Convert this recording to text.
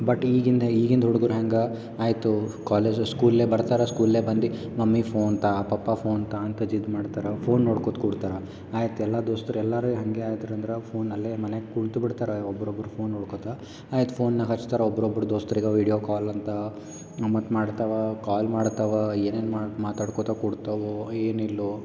but ಈಗಿಂದು ಈಗಿಂದು ಹುಡುಗ್ರು ಹೆಂಗೆ ಆಯಿತು ಕಾಲೇಜಸ್ ಸ್ಕೂಲ್ಲೆ ಬರ್ತಾರೆ ಸ್ಕೂಲ್ಲೆ ಬಂದು ಮಮ್ಮಿ ಫೋನ್ ತಾ ಪಪ್ಪಾ ಫೋನ್ ತಾ ಅಂತ ಜಿದ್ ಮಾಡ್ತಾರೆ ಫೋನ್ ನೋಡ್ಕೋತ ಕೂಡ್ತಾರೆ ಆಯ್ತು ಎಲ್ಲ ದೋಸ್ತರು ಎಲ್ಲರು ಹಂಗೇ ಅದ್ರ ಅಂದ್ರೆ ಫೋನಲ್ಲೇ ಮನೆಯಲ್ಲಿ ಕುಳಿತ್ಬಿಡ್ತಾರ ಒಬ್ರೊಬ್ಬರು ಫೋನ್ ನೋಡ್ಕೋತ ಆಯ್ತು ಫೋನಾಗೆ ಹಚ್ತಾರೆ ಒಬ್ರೊಬ್ಬರು ದೋಸ್ತರು ಇರೊ ವಿಡಿಯೋ ಕಾಲ್ ಅಂತ ಮತ್ತು ಮಾಡ್ತವ ಕಾಲ್ ಮಾಡ್ತವ ಏನೇನು ಮಾಡಿ ಮಾತಾಡ್ಕೊತ ಕೂಡ್ತಾವೋ ಏನಿಲ್ಲೋ